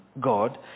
God